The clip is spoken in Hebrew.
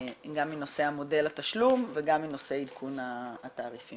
מנושא מודל התשלום וגם מנושא עדכון התעריפים.